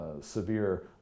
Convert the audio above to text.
severe